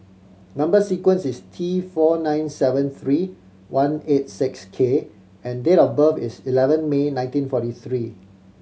number sequence is T four nine seven three one eight six K and date of birth is eleven May nineteen forty three